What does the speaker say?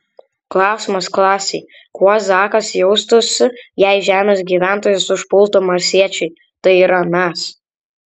klausimas klasei kuo zakas jaustųsi jei žemės gyventojus užpultų marsiečiai tai yra mes